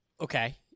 Okay